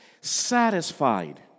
satisfied